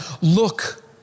Look